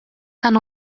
dan